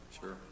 sure